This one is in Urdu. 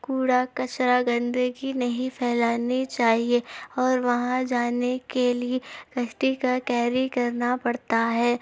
کوڑا کچرا گندگی نہیں پھیلانی چاہیے اور وہاں جانے کے لیے کشتی کا کیری کرنا پڑتا ہے